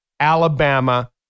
Alabama